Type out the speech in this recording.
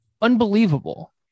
unbelievable